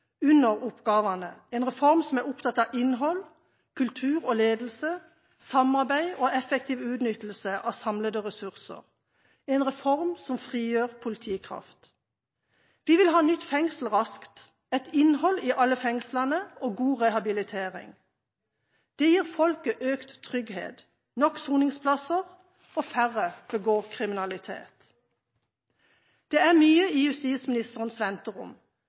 under oppgavene, en reform som er opptatt av innhold, kultur og ledelse, samarbeid og effektiv utnyttelse av de samlende ressurser – en reform som frigjør politikraft. Vi vil ha nytt fengsel raskt, et innhold i alle fengslene og god rehabilitering. Det gir folket økt trygghet og nok soningsplasser, og færre begår kriminalitet. Det er mye i justisministerens venterom,